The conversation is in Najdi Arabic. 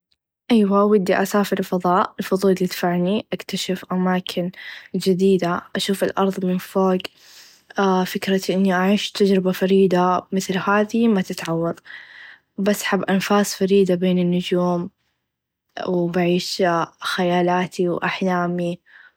أيوا ودي أسافر الفظاء الفظول يدفعني أكتشف أماكن چديده أشوف الأرض من فوق ااه فكره إني أعيش تچربه فريده مثل هاذي ما تتعوض بس أحب أنفاس فريده بين النچوم وبعيش خيالاتي و أحلامي.